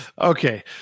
Okay